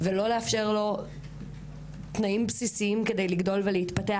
ולא לאפשר לו תנאים בסיסיים כדי לגדול ולהתפתח,